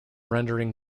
rendering